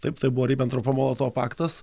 taip tai buvo ribentropo molotovo paktas